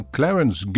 Clarence